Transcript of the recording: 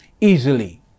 easily